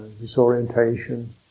disorientation